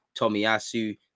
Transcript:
Tomiyasu